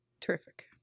terrific